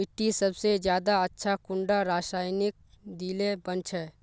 मिट्टी सबसे ज्यादा अच्छा कुंडा रासायनिक दिले बन छै?